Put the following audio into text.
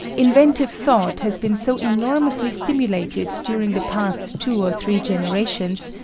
inventive thought has been so enormously stimulated during the past two or three generations,